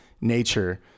nature